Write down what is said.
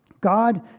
God